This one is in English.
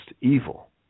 evil